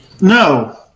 No